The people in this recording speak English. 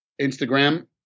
instagram